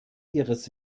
ihres